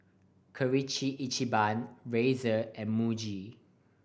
Kirin Ichiban Razer and Muji